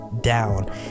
down